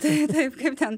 tai taip kaip ten